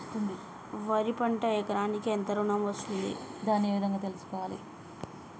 వరి పంటకు ఎకరాకు ఎంత వరకు ఋణం వస్తుంది దాన్ని ఏ విధంగా తెలుసుకోవాలి?